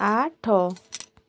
ଆଠ